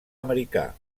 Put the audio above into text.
americà